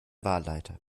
wahlleiter